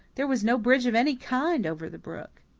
there was no bridge of any kind over the brook!